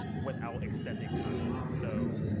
without extending time. so